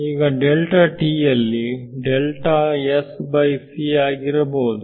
ಈಗ ಯಲ್ಲಿ ಆಗಿರಬಹುದು